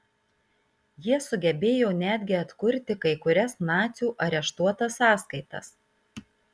jie sugebėjo netgi atkurti kai kurias nacių areštuotas sąskaitas